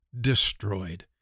destroyed